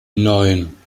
neun